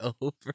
over